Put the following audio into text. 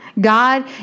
God